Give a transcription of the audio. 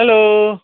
hello